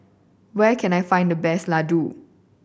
where can I find the best Ladoo